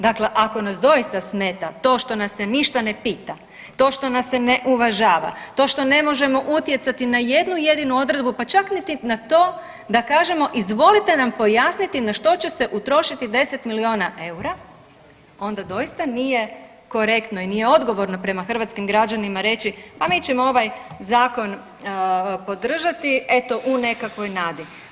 Dakle, ako nas doista smeta to što na se ništa ne pita, to što nas se ne uvažava, to što ne možemo utjecati na jednu jedinu odredbu pa čak niti na to da kažemo izvolite nam pojasniti na što će se utrošiti 10 milijuna eura, onda doista nije korektno i nije odgovorno prema hrvatskim građanima reći, pa mi ćemo ovaj zakon podržati eto u nekakvoj nadi.